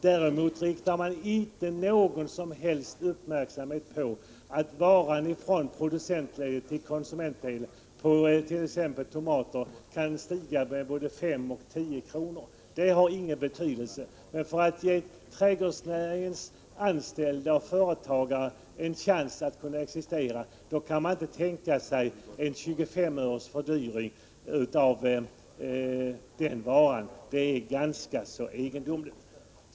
Däremot riktar man inte någon som helst uppmärksamhet på att priset på varan från producentledet till konsumentledet — det gäller t.ex. tomater — kan stiga med både 5 och 10 kr. Det har ingen betydelse. Men för att ge trädgårdsnäringens anställda och företagare en chans att existera kan man inte tänka sig en fördyring med 25 öre av varan. Det är ganska egendomligt.